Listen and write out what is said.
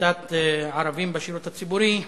לקליטת ערבים בשירות הציבורי,